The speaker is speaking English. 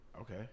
Okay